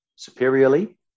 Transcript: Superiorly